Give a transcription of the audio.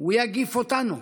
הוא יגיף אותנו,